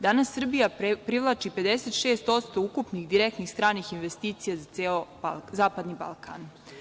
Danas Srbija privlači 56% ukupnih direktnih stranih investicija za ceo zapadni Balkan.